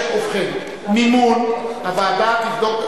שכולנו מבינים על מה מצביעים.